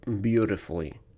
beautifully